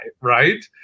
right